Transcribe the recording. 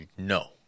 No